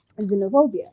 Xenophobia